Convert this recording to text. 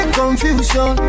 confusion